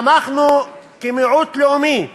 שאנחנו, כמיעוט לאומי,